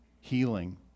healing